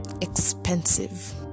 expensive